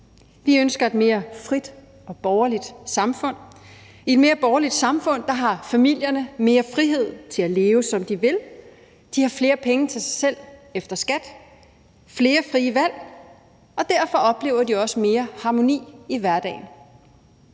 Vi ønsker et mere frit og borgerligt samfund. I et mere borgerligt samfund har familierne mere frihed til at leve, som de vil. De har flere penge til sig selv efter skat og flere frie valg, og derfor oplever de også mere harmoni i hverdagen.